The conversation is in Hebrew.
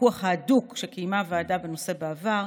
הפיקוח ההדוק שקיימה הוועדה בנושא בעבר,